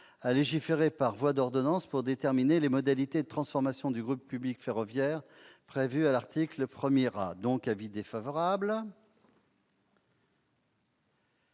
de légiférer par voie d'ordonnance pour déterminer les modalités de transformation du groupe public ferroviaire, qui est prévue à l'article 1 A. L'avis est donc défavorable.